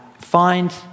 find